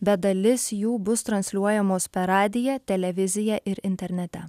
bet dalis jų bus transliuojamos per radiją televiziją ir internete